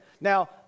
Now